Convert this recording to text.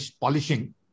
polishing